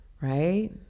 right